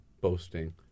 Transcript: boasting